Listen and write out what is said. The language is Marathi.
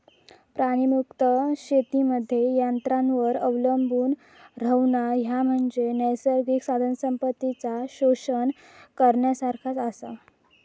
प्राणीमुक्त शेतीमध्ये यंत्रांवर अवलंबून रव्हणा, ह्या म्हणजे नैसर्गिक साधनसंपत्तीचा शोषण करण्यासारखाच आसा